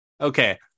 Okay